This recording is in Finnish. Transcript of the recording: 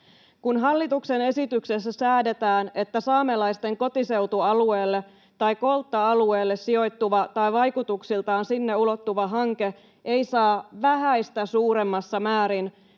Kun hallituksen esityksessä säädetään, että saamelaisten kotiseutualueelle tai koltta-alueelle sijoittuva tai vaikutuksiltaan sinne ulottuva hanke ei saa vähäistä suuremmassa määrin